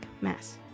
mass